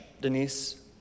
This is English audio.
Denise